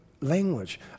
language